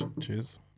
Cheers